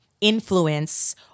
influence